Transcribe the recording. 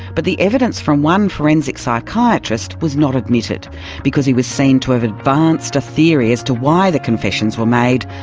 but the evidence from one forensic psychiatrist was not admitted because he was seen to have advanced a theory as to why the confessions were made,